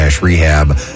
Rehab